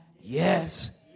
yes